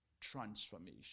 transformation